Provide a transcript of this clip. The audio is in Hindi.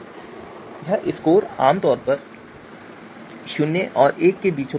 sabSba स्कोर आमतौर पर शून्य और एक के बीच होता है